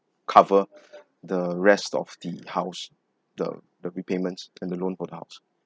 cover the rest of the house the the repayments and the loan of the house